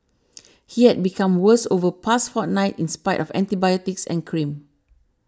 he had become worse over past fortnight in spite of antibiotics and cream